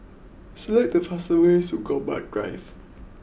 select the fastest way to Gombak Drive